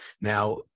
Now